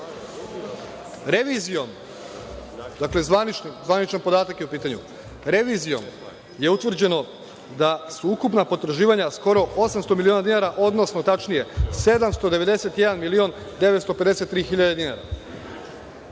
Revizijom, zvaničan podatak je u pitanju, je utvrđeno da su ukupna potraživanja skoro 800 miliona dinara, odnosno tačnije 791 milion 953 hiljade dinara. Sada,